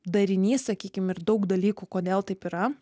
darinys sakykim ir daug dalykų kodėl taip yra